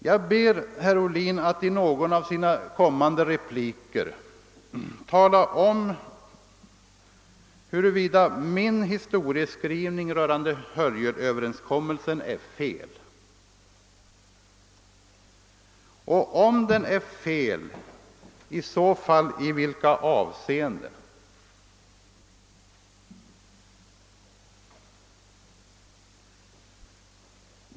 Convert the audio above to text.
Jag ber att herr Ohlin i någon av sina kommande repliker talar om huruvida min historieskrivning rörande Hörjelöverenskommelsen är felaktig och, om den är det, i så fall anger i vilka avseenden.